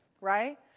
Right